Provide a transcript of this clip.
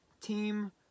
Team